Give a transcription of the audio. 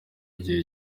igihe